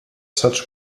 such